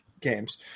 games